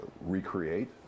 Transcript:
recreate